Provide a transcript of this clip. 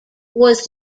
was